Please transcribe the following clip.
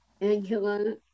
Angela